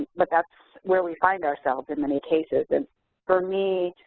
but that's where we find ourselves in many cases. and for me